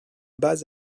base